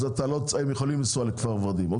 אז הם יכולים לנסוע לכפר ורדים.